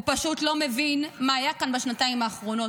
הוא פשוט לא מבין מה היה כאן בשנתיים האחרונות.